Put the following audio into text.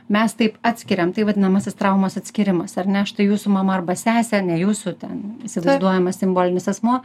mes taip atskiriam tai vadinamasis traumos atskyrimas ar ne štai jūsų mama arba sesė ar ne jūsų ten įsivaizduojamas simbolinis asmuo